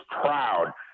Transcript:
proud